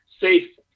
safe